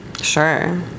Sure